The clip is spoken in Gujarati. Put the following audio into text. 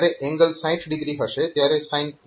જ્યારે એંગલ 60o હશે ત્યારે સાઈન 0